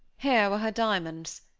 here were her diamonds.